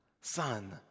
Son